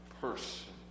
person